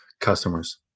customers